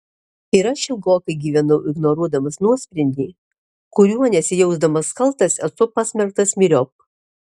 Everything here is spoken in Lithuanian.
ir aš ilgokai gyvenau ignoruodamas nuosprendį kuriuo nesijausdamas kaltas esu pasmerktas myriop